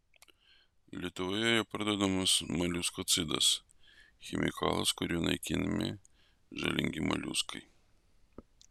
lietuvoje jau parduodamas moliuskocidas chemikalas kuriuo naikinami žalingi moliuskai